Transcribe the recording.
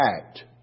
act